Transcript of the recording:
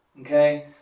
okay